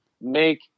make